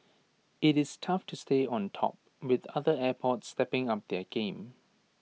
IT is tough to stay on top with other airports stepping up their game